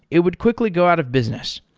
it would quickly go out of business.